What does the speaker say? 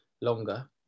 longer